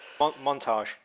Montage